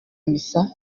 misa